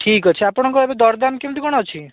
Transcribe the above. ଠିକ୍ଅଛି ଆପଣଙ୍କର ଏବେ ଦରଦାମ୍ କେମିତି କ'ଣ ଅଛି